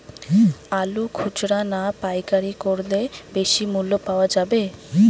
আলু খুচরা না পাইকারি করলে বেশি মূল্য পাওয়া যাবে?